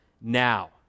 now